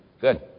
Good